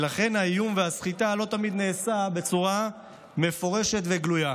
ולכן האיום והסחיטה לא תמיד נעשים בצורה מפורשת וגלויה